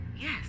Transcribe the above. Yes